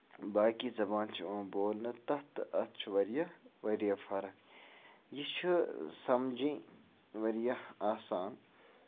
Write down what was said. باقی زَبانہٕ چھِ یِوان بولنہٕ تَتھ تہٕ اَتھ چھُ واریاہ واریاہ فرق یہِ چھُ سَمجھنۍ واریاہ آسان